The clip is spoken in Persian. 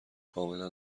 کاملا